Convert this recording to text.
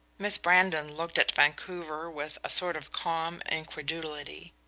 miss brandon looked at vancouver with a sort of calm incredulity.